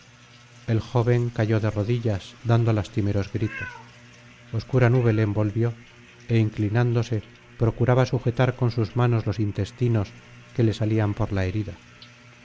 el joven cayó de rodillas dando lastimeros gritos obscura nube le envolvió é inclinándose procuraba sujetar con sus manos los intestinos que le salían por la herida